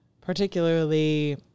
particularly